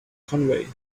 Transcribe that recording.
conway